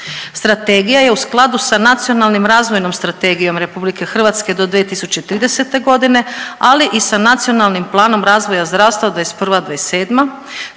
Strategija je u skladu sa Nacionalnom razvojnom strategijom Republike Hrvatske do 2030.č godine ali i sa Nacionalnim planom razvoja zdravstva 2021.-2027.